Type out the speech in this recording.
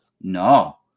No